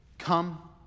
Come